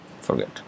forget